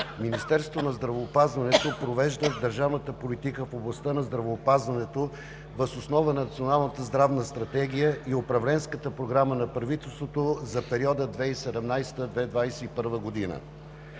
Министерството на здравеопазването провежда държавната политика в областта на здравеопазването въз основа на Националната здравна стратегия и управленската програма на правителството за периода 2017 – 2021 г.